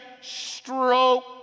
Stroke